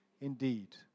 indeed